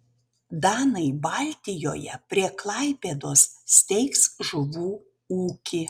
danai baltijoje prie klaipėdos steigs žuvų ūkį